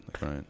right